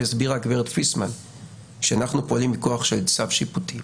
והסבירה גברת פיסמן שאנחנו פועלים מכוח של צו שיפוטי,